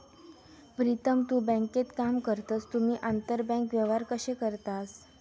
प्रीतम तु बँकेत काम करतस तुम्ही आंतरबँक व्यवहार कशे करतास?